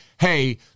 hey